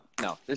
no